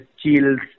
chills